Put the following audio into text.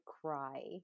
cry